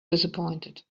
disappointed